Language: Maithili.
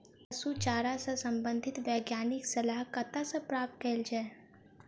पशु चारा सऽ संबंधित वैज्ञानिक सलाह कतह सऽ प्राप्त कैल जाय?